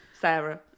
Sarah